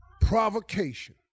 provocation